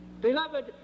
Beloved